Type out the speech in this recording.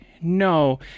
no